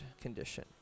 condition